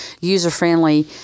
user-friendly